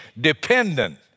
dependent